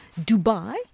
Dubai